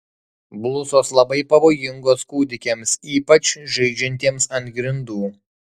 blusos labai pavojingos kūdikiams ypač žaidžiantiems ant grindų